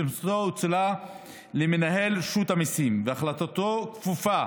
שסמכותו הואצלה למנהל רשות המיסים והחלטתו כפופה